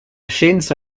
scienza